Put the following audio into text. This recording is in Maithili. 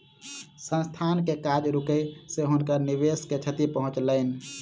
संस्थान के काज रुकै से हुनकर निवेश के क्षति पहुँचलैन